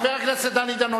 חבר הכנסת דני דנון,